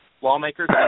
Lawmakers